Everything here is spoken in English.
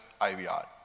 IVR